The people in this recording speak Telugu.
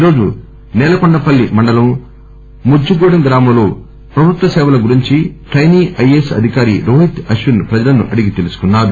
ఈరోజు సేలకొండపల్లి మండలం ముజ్జగూడెం గ్రామంలో ప్రభుత్వ సేవల గురించి ట్రెనీ ఐఏఎస్ అధికారి రోహిత్ అశ్విన్ ప్రజలను అడిగి తెలుసుకున్నారు